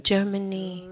Germany